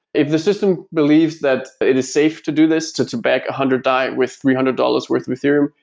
if the system believes that it is safe to do this, to to back a one hundred dai with three hundred dollars worth or ethereum,